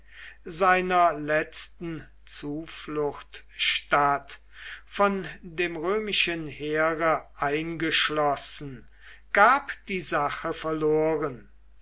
seiner letzten zufluchtstau von dem römischen heere eingeschlossen gab die sache verloren